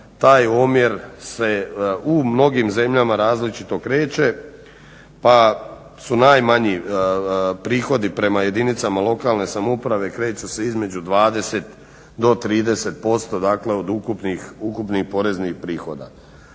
taj omjer se u mnogim zemljama različito kreće pa su najmanji prihodi prema jedinicama lokalne samouprave kreću se između 20 do 30% dakle od ukupnih poreznih prihoda.